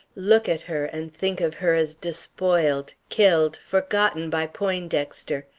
look at her, and think of her as despoiled, killed, forgotten by poindexter.